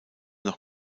noch